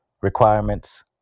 requirements